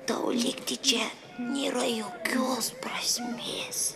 tau likti čia nėra jokios prasmės